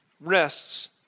rests